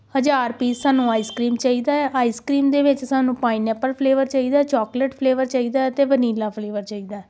ਹਜ਼ਾਰ ਪੀਸ ਸਾਨੂੰ ice cream ਚਾਹੀਦਾ ਆਈਸ ਕ੍ਰੀਮ ਦੇ ਵਿੱਚ ਸਾਨੂੰ ਪਾਈਨਐੱਪਲ ਫਲੇਵਰ ਚਾਹੀਦਾ ਚੋਕਲੇਟ ਫਲੇਵਰ ਚਾਹੀਦਾ ਅਤੇ ਵਨੀਲਾ ਫਲੇਵਰ ਚਾਹੀਦਾ